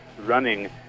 running